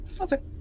Okay